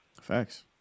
Facts